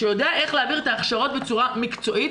שיודע איך להעביר את ההכשרות בצורה מקצועית